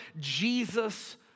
Jesus